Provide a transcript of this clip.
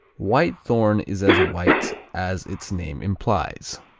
whitethorn is as white as its name implies.